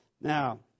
Now